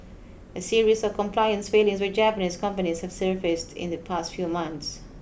a series of compliance failings with Japanese companies have surfaced in the past few months